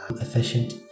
efficient